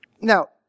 Now